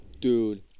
dude